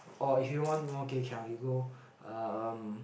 or if you want more geh-kiang you go um